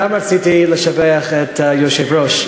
גם רציתי לשבח את היושב-ראש.